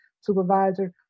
supervisor